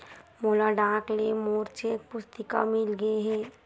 मोला डाक ले मोर चेक पुस्तिका मिल गे हे